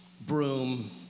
broom